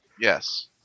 Yes